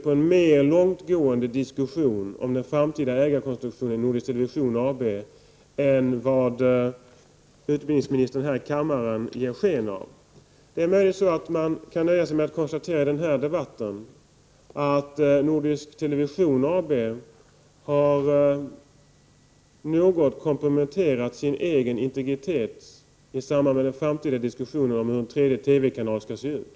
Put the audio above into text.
Överläggningar mellan Västerbottens läns landsting, Umeå kommun och departementet har förekommit, i vilka relevanta fakta har redovisats. Min fråga är: Är statsrådet beredd att medverka till att ekonomiska medel tillförs Västerbottensmusiken för att säkra dess fortsatta existens?